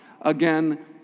again